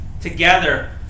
together